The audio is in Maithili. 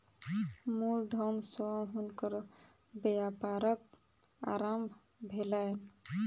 मूल धन सॅ हुनकर व्यापारक आरम्भ भेलैन